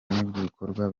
n’ibikorwa